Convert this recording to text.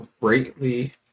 greatly